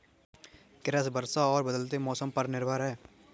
कृषि वर्षा और बदलते मौसम पर निर्भर है